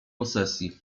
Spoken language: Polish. posesji